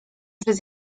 przez